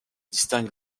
distingue